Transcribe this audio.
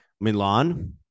Milan